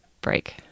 break